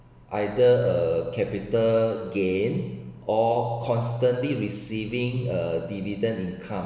either a capital gain or constantly receiving a dividend income